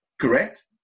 Correct